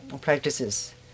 practices